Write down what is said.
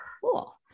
Cool